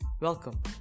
Welcome